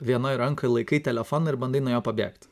vienoj rankoj laikai telefoną ir bandai nuo jo pabėgt